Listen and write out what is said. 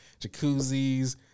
jacuzzis